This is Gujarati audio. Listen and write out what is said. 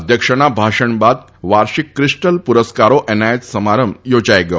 અધ્યક્ષના ભાષણ બાદ વાર્ષિક ક્રિસ્ટલ પુરસ્કારનો એનાયત સમારંભ યોજાઇ ગયો